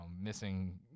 missing